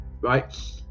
right